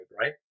right